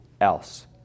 else